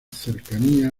cercanía